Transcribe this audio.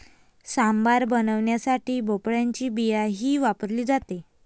सांबार बनवण्यासाठी भोपळ्याची बियाही वापरली जाते